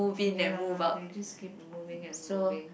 mm ya they just keep moving and moving